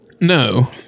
No